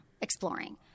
exploring